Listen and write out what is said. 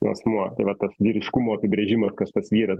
asmuo tai va tas vyriškumo apibrėžimas kas tas vyras